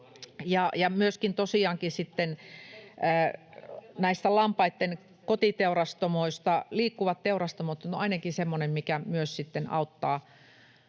nämä lampaitten kotiteurastamot, liikkuvat teurastamot. No, se on ainakin semmoinen, mikä myös auttaa